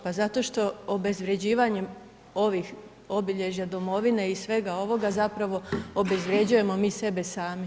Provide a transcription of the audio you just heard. Pa zato što obezvrjeđivanjem ovih obilježja domovine i svega ovoga zapravo obezvrjeđujemo mi sebe sami.